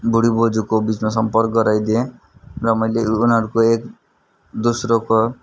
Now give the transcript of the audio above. बुढी बोज्यूको बिचमा सम्पर्क गराइदिएँ र मैले उनीहरूको एक दोस्रोको